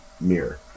mirror